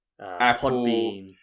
Apple